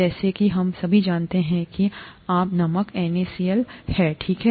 जैसा कि हम सभी जानते हैं कि आम नमक NaCl है ठीक है